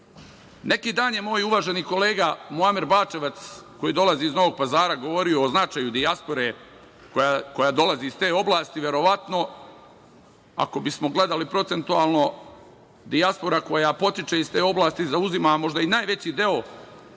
Neki dan je moj uvaženi kolega Muamer Bačevac, koji dolazi iz Novog Pazara, govorio o značaju dijaspore, koja dolazi iz te oblasti, verovatno ako bismo gledali procentualno, dijaspora koja potiče iz te oblasti zauzima možda i najveći deo,